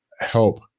Help